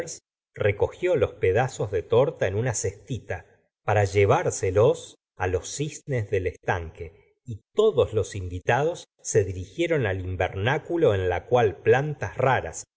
recogió los pedazos de torta en una la señora de bovary cestita para llevárselos á los cisnes del estanque y todos los invitados se dirigieron al invernáculo en el cual plantas raras